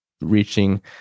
reaching